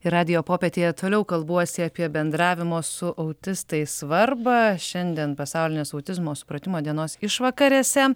ir radijo popietėje toliau kalbuosi apie bendravimo su autistais svarbą šiandien pasaulinės autizmo supratimo dienos išvakarėse